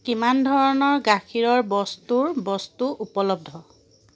কিমান ধৰণৰ গাখীৰৰ বস্তুৰ বস্তু উপলব্ধ